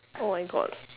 oh my god